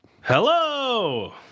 hello